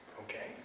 Okay